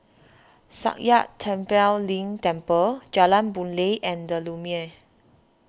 Sakya Tenphel Ling Temple Jalan Boon Lay and the Lumiere